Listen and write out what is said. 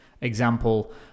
Example